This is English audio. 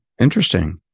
interesting